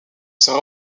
sera